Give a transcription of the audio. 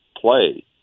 play